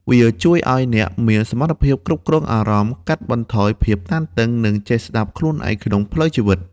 វាជួយអោយអ្នកមានសមត្ថភាពគ្រប់គ្រងអារម្មណ៍ កាត់បន្ថយភាពតានតឹង និងចេះស្ដាប់ខ្លួនឯងក្នុងផ្លូវជីវិត។